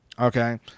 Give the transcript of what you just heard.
Okay